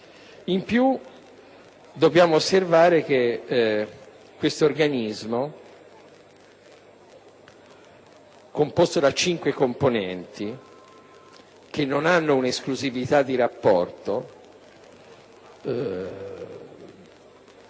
Inoltre, dobbiamo osservare che questo organismo, composto da cinque membri che non hanno un'esclusività di rapporto,